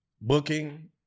booking